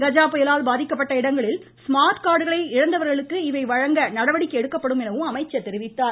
கஜா புயலால் பாதிக்கப்பட்ட இடங்களில் ஸ்மார்ட் கார்டுகளை இழந்தவர்களுக்கு இவை வழங்க நடவடிக்கை எடுக்கப்படும் என்றும் அவர் கூறினார்